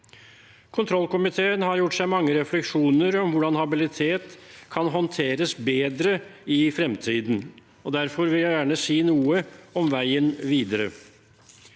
Kontrollkomiteen har gjort seg mange refleksjoner om hvordan habilitet kan håndteres bedre i fremtiden. Derfor vil jeg gjerne si noe om veien videre.